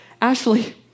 Ashley